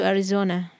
Arizona